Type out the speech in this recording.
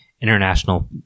international